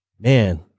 man